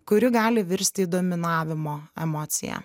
kuri gali virsti į dominavimo emociją